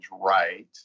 right